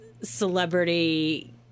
celebrity